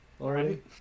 already